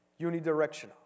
unidirectional